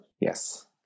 yes